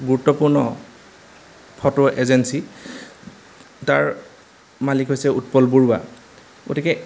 গুৰুত্বপূৰ্ণ photo agency তাৰ মালিক হৈছে উৎপল বৰুৱা গতিকে